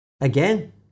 again